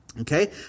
Okay